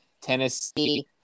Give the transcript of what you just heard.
Tennessee